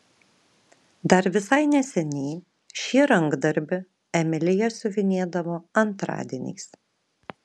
dar visai neseniai šį rankdarbį emilija siuvinėdavo antradieniais